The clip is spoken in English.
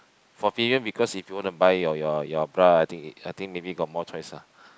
for female because if you want to buy your your your bra I think I think maybe got more choice ah